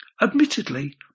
Admittedly